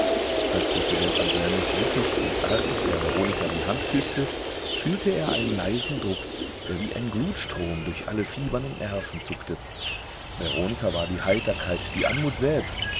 als der student anselmus sittig und artig der veronika die hand küßte fühlte er einen leisen druck der wie ein glutstrom durch alle fibern und nerven zuckte veronika war die heiterkeit die anmut selbst